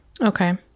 Okay